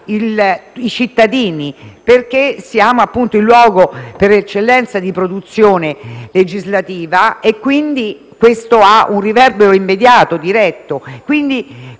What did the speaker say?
i cittadini, perché siamo il luogo per eccellenza di produzione legislativa, a questo ha un riverbero immediato e diretto. Ciò